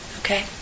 Okay